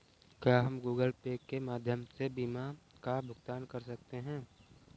क्या हम Google Pay के माध्यम से बीमा का भुगतान कर सकते हैं?